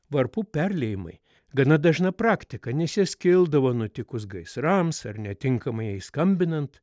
varpų perliejimai gana dažna praktika nes jie skildavo nutikus gaisrams ar netinkamai skambinant